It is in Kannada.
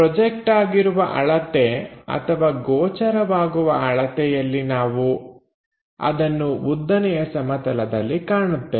ಪ್ರೊಜೆಕ್ಟ್ ಆಗಿರುವ ಅಳತೆ ಅಥವಾ ಗೋಚರವಾಗುವ ಅಳತೆಯಲ್ಲಿ ನಾವು ಅದನ್ನು ಉದ್ದನೆಯ ಸಮತಲದಲ್ಲಿ ಕಾಣುತ್ತೇವೆ